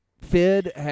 Fid